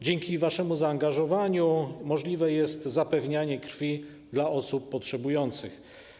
Dzięki waszemu zaangażowaniu możliwe jest zapewnianie krwi osobom potrzebującym.